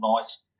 nice